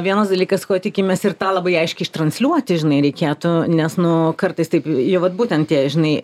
vienas dalykas ko tikimės ir tą labai aiškiai ištransliuoti žinai reikėtų nes nu kartais taip vat būtent tie žinai